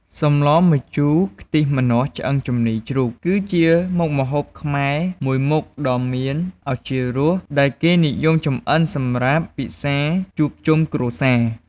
សម្លម្ជូរខ្ទិះម្នាស់ឆ្អឹងជំនីរជ្រូក គឺជាមុខម្ហូបខ្មែរមួយមុខដ៏មានឱជារស ដែលគេនិយមចម្អិនសម្រាប់ពិសាជួបជុំគ្រួសារ។